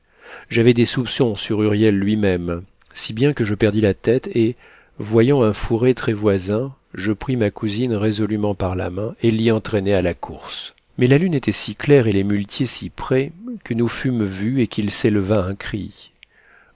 j'avais des soupçons sur huriel lui-même si bien que je perdis la tête et voyant un fourré très voisin je pris ma cousine résolument par la main et l'y entraînai à la course mais la lune était si claire et les muletiers si près que nous fûmes vus et qu'il s'éleva un cri